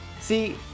See